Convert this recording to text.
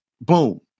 boom